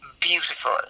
beautiful